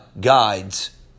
guides